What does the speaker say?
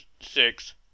six